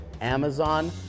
Amazon